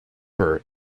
her